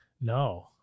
No